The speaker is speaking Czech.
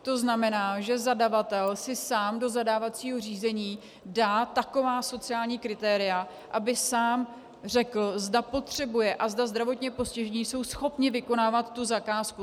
To znamená, že zadavatel si sám do zadávacího řízení dá taková sociální kritéria, aby sám řekl, zda potřebuje a zda zdravotně postižení jsou schopni vykonávat tu zakázku.